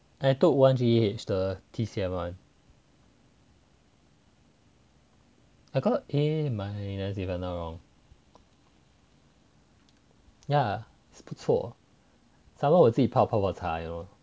I took one G_E_H the T_C_M [one] I got a minus if I'm not wrong ya is 不错 somemore 我自己泡泡泡茶 you know